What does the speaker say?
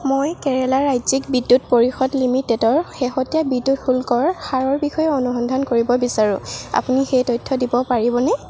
মই কেৰালা ৰাজ্যিক বিদ্যুৎ পৰিষদ লিমিটেডৰ শেহতীয়া বিদ্যুৎ শুল্কৰ হাৰৰ বিষয়ে অনুসন্ধান কৰিব বিচাৰোঁ আপুনি সেই তথ্য দিব পাৰিবনে